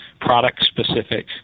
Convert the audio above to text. product-specific